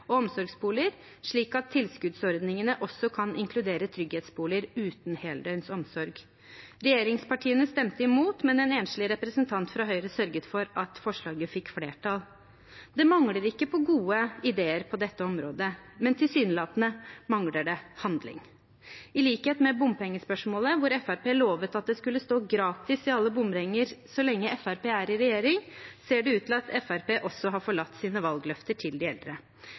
og omsorgsboliger, slik at tilskuddsordningene også kan inkludere trygghetsboliger uten heldøgns omsorg.» Regjeringspartiene stemte imot, men en enslig representant fra Høyre sørget for at forslaget fikk flertall. Det mangler ikke på gode ideer på dette området, men tilsynelatende mangler det handling. I likhet med bompengespørsmålet, hvor Fremskrittspartiet lovet at det skulle stå «gratis» i alle bomringer så lenge de er i regjering, ser det ut til at Fremskrittspartiet også har forlatt sine valgløfter til de eldre.